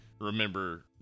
remember